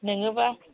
नोंनोबा